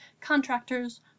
contractors